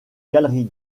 galerie